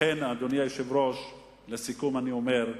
לכן, אדוני היושב-ראש, לסיכום אני אומר: